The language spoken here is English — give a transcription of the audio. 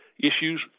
issues